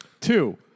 Two